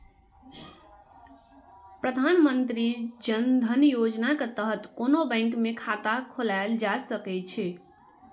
प्रधानमंत्री जन धन योजनाक तहत कोनो बैंक मे खाता खोलाएल जा सकै छै